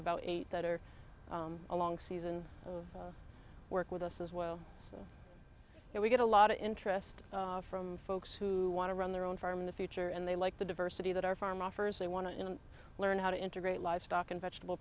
about eight that are a long season of work with us as well you know we get a lot of interest from folks who want to run their own farm in the future and they like the diversity that our farm offers they want to learn how to integrate livestock in vegetable